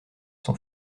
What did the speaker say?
son